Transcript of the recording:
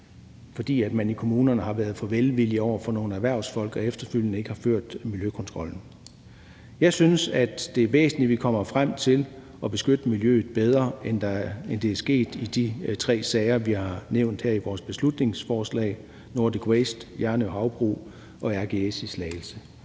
fordi man i kommunerne har været for velvillige over for nogle erhvervsfolk og efterfølgende ikke har ført miljøkontrol. Jeg synes, det er væsentligt, at vi kommer frem til at beskytte miljøet bedre, end det er sket i de tre sager, vi har nævnt her i vores beslutningsforslag: Nordic Waste, Hjarnø Havbrug og RGS Nordic i Slagelse.